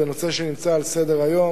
זה נושא שנמצא על סדר-היום.